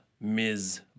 Ms